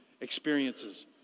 experiences